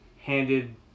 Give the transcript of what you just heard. handed